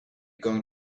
going